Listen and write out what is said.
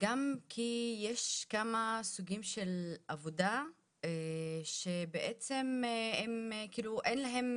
גם כי יש כמה סוגים של עבודה שבעצם אין להם